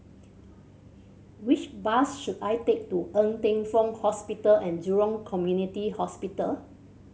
which bus should I take to Ng Teng Fong Hospital And Jurong Community Hospital